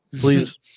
Please